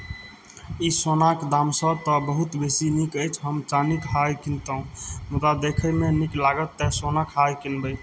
ई सोनाक दामसँ तऽ बहुत बेसी नीक अछि हम चानीक हार किनितहुँ मुदा देखयमे नीक लागत तैँ सोनाक हार कीनबै